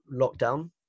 lockdown